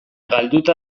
galduta